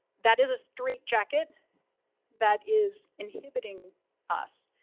that is a straitjacket that is inhibiting us.